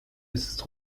ist